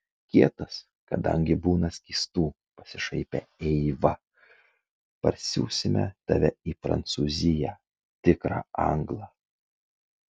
kietas kadangi būna skystų pasišaipė eiva parsiųsime tave į prancūziją tikrą anglą